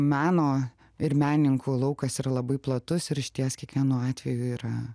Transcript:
meno ir menininkų laukas yra labai platus ir išties kiekvienu atveju yra